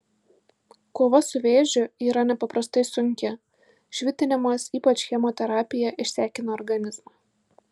kova su vėžiu yra nepaprastai sunki švitinimas ypač chemoterapija išsekina organizmą